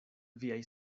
viaj